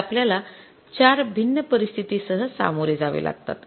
ज्या आपल्याला चार भिन्न परिस्थितींसह सामोरे जावे लागतात